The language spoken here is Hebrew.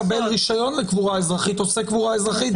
לא כל מי שמקבל רישיון לקבורה אזרחית עושה קבורה אזרחית,